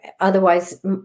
Otherwise